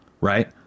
Right